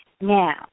now